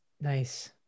Nice